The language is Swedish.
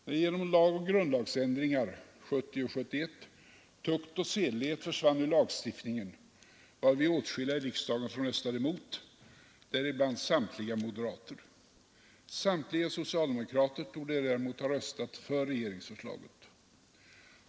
När genom lagoch grundlagsändringar åren 1970 och 1971 tukt och sedlighet försvann genom lagstiftningen, var vi åtskilliga i riksdagen som röstade emot, däribland samtliga moderater. Samtliga socialdemokrater torde däremot ha röstat för regeringsförslaget.